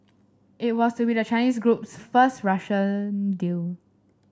it was to be the Chinese group's first Russian deal